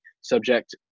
subject